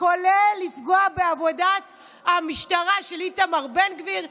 כולל לפגוע בעבודת המשטרה של איתמר בן גביר,